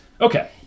Okay